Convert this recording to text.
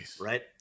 right